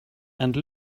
and